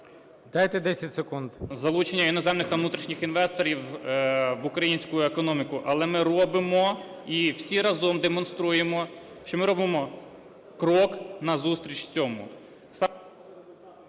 Дайте 10 секунд. КИЦАК Б.В. …залучення іноземних та внутрішніх інвесторів в українську економіку, але ми робимо і всі разом демонструємо, що ми робимо крок назустріч цьому.